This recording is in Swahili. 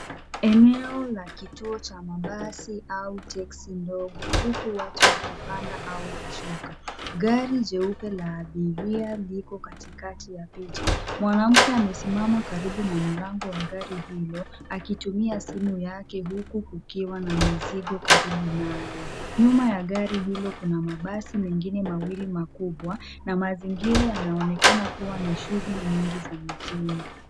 Eneo la kituo cha mabasi au teksi ndogo huku watu wakipanda au kushuka. Gari jeupe la abiria liko katikati ya picha mwanamke amesimama karibu na mlango wa gari hilo akitumia simu yake huku kukiwa na mizigo karibu naye. Nyuma ya gari hilo kuna mabasi mengine mawili makubwa na mazingira yanaonekana kuwa na shughuli nyingi za mjini.